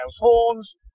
horns